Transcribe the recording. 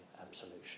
absolution